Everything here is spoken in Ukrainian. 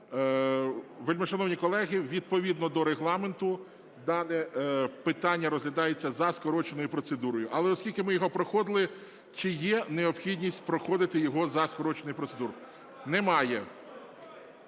Вельмишановні колеги, відповідно до Регламенту дане питання розглядається за скороченою процедурою. Але оскільки ми його проходили, чи є необхідність проходити його за скороченою процедурою? Немає.